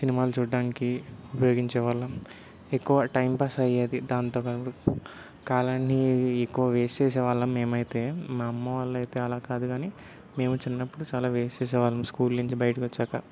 సినిమాలు చూడడానికి ఉపయోగించే వాళ్ళం ఎక్కువ టైం పాస్ అయ్యేది దాంతో కాలాన్ని ఎక్కువ వేస్ట్ చేసే వాళ్ళం మేమైతే మా అమ్మ వాళ్ళైతే అలా కాదు గానీ మేము చిన్నప్పుడు చాలా వేస్ట్ చేసే వాళ్ళం స్కూల్ నుంచి బయటికి వచ్చాక